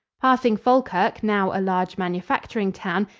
passing falkirk, now a large manufacturing town,